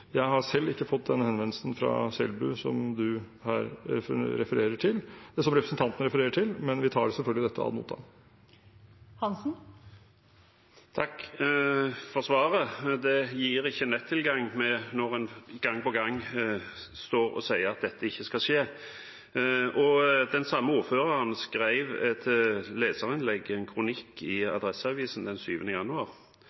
Jeg har selv ikke fått den henvendelsen fra Selbu som representanten refererer til, men vi tar selvfølgelig dette ad notam. Takk for svaret. Det gir ikke nettilgang at en gang på gang står og sier at dette ikke skal skje. Den samme ordføreren skrev i et leserinnlegg, en kronikk, i